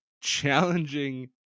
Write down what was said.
challenging